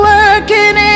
Working